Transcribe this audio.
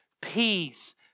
peace